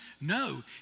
No